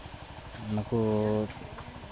ᱱᱩᱠᱩ